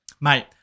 Mate